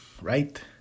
Right